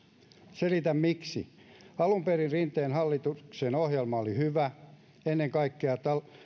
selitän miksi alun perin rinteen hallituksen ohjelma oli hyvä ennen kaikkea